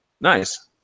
Nice